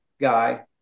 guy